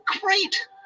great